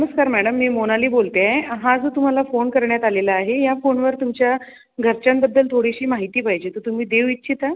नमस्कार मॅडम मी मोनाली बोलते आहे हा जो तुम्हाला फोन करण्यात आलेला आहे या फोनवर तुमच्या घरच्यांबद्दल थोडीशी माहिती पाहिजे तर तुम्ही देऊ इच्छिता